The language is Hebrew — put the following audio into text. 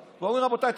ואומרים: רבותיי,